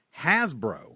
Hasbro